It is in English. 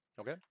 Okay